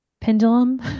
Pendulum